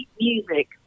music